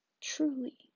truly